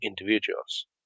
individuals